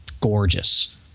gorgeous